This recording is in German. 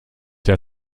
der